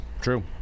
true